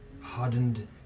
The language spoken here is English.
hardened